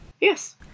Yes